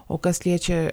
o kas liečia